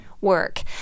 work